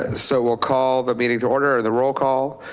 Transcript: and so we'll call the meeting to order the roll call.